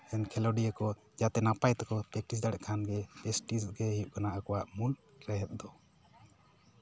ᱠᱷᱮᱞᱳᱰᱤᱭᱟᱹ ᱠᱚ ᱡᱟᱛᱮ ᱱᱟᱯᱟᱭ ᱛᱮᱠᱚ ᱯᱮᱠᱴᱤᱥ ᱫᱟᱲᱮᱭᱟᱜ ᱠᱷᱟᱱᱜᱮ ᱯᱮᱠᱴᱤᱥ ᱜᱮ ᱦᱩᱭᱩᱜ ᱠᱟᱱᱟ ᱟᱵᱚᱣᱟᱜ ᱢᱩᱞ ᱨᱮᱦᱮᱫ ᱫᱚ